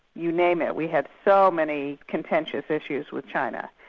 you name it, we had so many contentious issues with china.